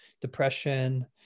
depression